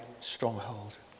stronghold